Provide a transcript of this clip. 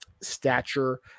stature